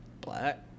Black